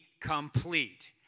complete